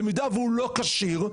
במידה והוא לא כשיר,